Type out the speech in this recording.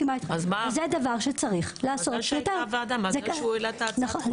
מזל שהיתה ועדה, מזל שהוא העלה את הצעת החוק.